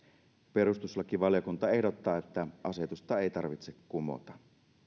perustuslakivaliokunta ehdottaa että asetusta ei tarvitse kumota